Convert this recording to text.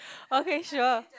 okay sure